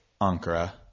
Ankara